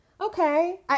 Okay